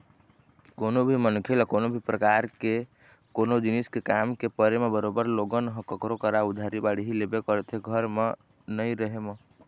कोनो भी मनखे ल कोनो परकार ले कोनो जिनिस के काम के परे म बरोबर लोगन ह कखरो करा उधारी बाड़ही लेबे करथे घर म नइ रहें म